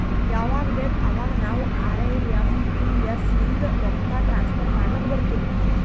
ಯವಾಗ್ ಬೇಕ್ ಅವಾಗ ನಾವ್ ಐ ಎಂ ಪಿ ಎಸ್ ಲಿಂದ ರೊಕ್ಕಾ ಟ್ರಾನ್ಸಫರ್ ಮಾಡ್ಲಾಕ್ ಬರ್ತುದ್